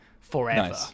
forever